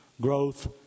growth